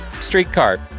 streetcar